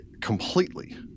completely